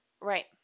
right